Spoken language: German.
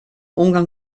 umgang